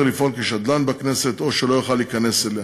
לפעול כשדלן בכנסת או שלא יוכל להיכנס אליה.